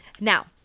Now